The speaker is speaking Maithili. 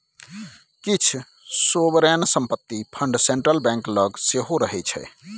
किछ सोवरेन संपत्ति फंड सेंट्रल बैंक लग सेहो रहय छै